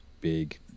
big